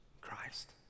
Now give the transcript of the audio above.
Christ